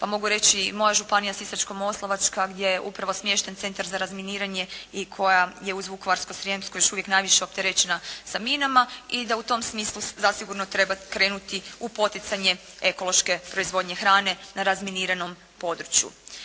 Pa mogu reći moja županija Sisačko-moslavačka gdje je upravo smješten Centar za razminiranje i koja je uz Vukovarsko-srijemsku još uvijek najviše opterećena sa minama. I da u tom smislu zasigurno treba krenuti u poticanje ekološke proizvodnje hrane na razminiranom području.